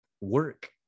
work